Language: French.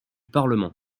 parlement